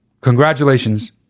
congratulations